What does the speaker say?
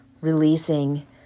releasing